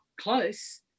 close